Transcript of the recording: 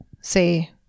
say